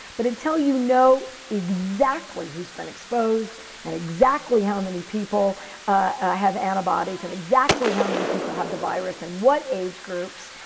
but until you know exactly who has been exposed and exactly how many people have antibodies and how many people have the virus and what age groups,